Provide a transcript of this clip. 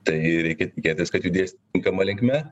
tai reikia tikėtis kad judės tinkama linkme